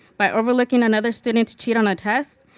by overlooking another student to cheat on a test,